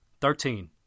Thirteen